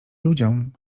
ludziom